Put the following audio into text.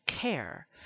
care